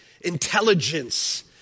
intelligence